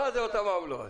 מה זה אותן עמלות?